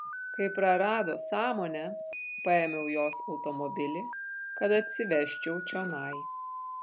kai prarado sąmonę paėmiau jos automobilį kad atsivežčiau čionai